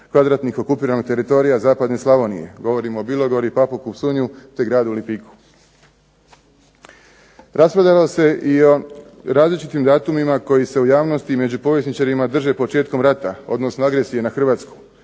kvadratnih okupiranog teritorija zapadne Slavonije. Govorimo o Bilogori, Papuku, Psunju te gradu Lipiku. Raspravljalo se i o različitim datumima koji se u javnosti i među povjesničarima drže početkom rata, odnosno agresije na Hrvatsku.